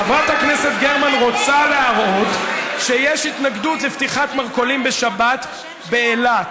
חברת הכנסת גרמן רוצה להראות שיש התנגדות לפתיחת מרכולים בשבת באילת.